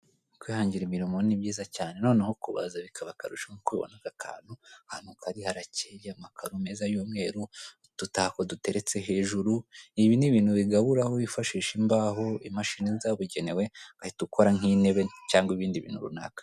Kwihangira umurimo ni byiza cyane. Noneho kubaza bikaba akarushyo kuko ubona ko aka kantu ahantu Kari harakeye amakaro meza y'umweru udutako duteretse hejuru ibi ni ibintu bigabura Aho ukora wifasha imbaho imashini zabugenewe ugahita ukora nk'intebe cyangwa ibindi bintu runaka.